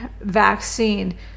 vaccine